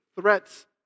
threats